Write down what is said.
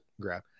grab